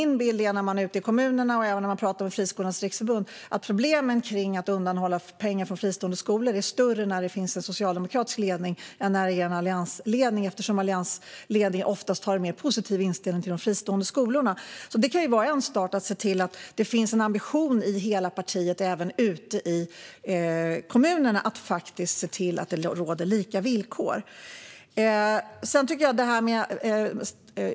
När man är ute i kommunerna och även när man pratar med Friskolornas riksförbund är min bild att problemen med att undanhålla pengar från fristående skolor är större när det är en socialdemokratisk ledning än när det är en alliansledning. Alliansledningar har oftast en mer positiv inställning till de fristående skolorna. Det kan vara en start att se till att det finns en ambition i hela partiet, även ute i kommunerna, att se till att det råder lika villkor.